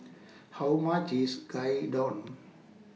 How much IS Gyudon